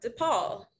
DePaul